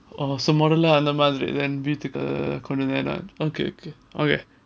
so மொதல்ல அந்த மாதிரி:mothala antha maathiri then ah okay okay okay